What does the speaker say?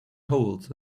holes